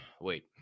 wait